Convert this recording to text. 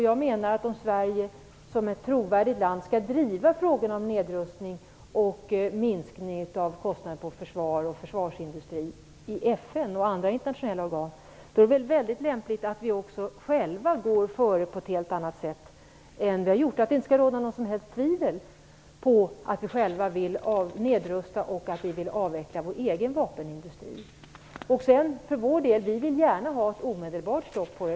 Jag menar att om Sverige som ett trovärdigt land skall driva frågorna om nedrustning och minskning av kostnader till försvar och försvarsindustri i FN och andra internationella organ är det väl mycket lämpligt att vi själva går före på ett helt annat sätt än vi har gjort. Det skall inte råda något som helst tvivel om att vi själva vill nedrusta och avveckla vår egen vapenindustri. Vi vill gärna ha ett omedelbart stopp.